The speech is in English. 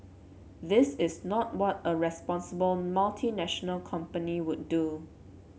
this is not what a responsible multinational company would do